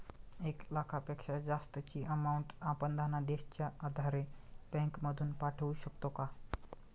एक लाखापेक्षा जास्तची अमाउंट आपण धनादेशच्या आधारे बँक मधून पाठवू शकतो का?